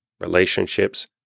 relationships